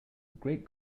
great